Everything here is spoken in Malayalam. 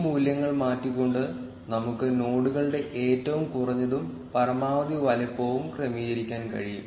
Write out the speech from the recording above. ഈ മൂല്യങ്ങൾ മാറ്റിക്കൊണ്ട് നമുക്ക് നോഡുകളുടെ ഏറ്റവും കുറഞ്ഞതും പരമാവധി വലുപ്പവും ക്രമീകരിക്കാൻ കഴിയും